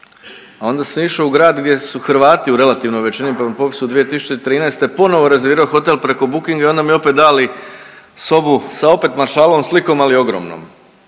Onda sam išao u grad gdje su Hrvati u relativnoj većini prema popisu od 2013., ponovo rezervirao hotel preko Bookinga i onda mi opet dali sobu sa opet Maršalovom slikom, ali ogromnom.